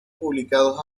publicados